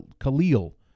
Khalil